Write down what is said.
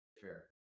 Fair